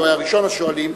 הוא היה ראשון השואלים.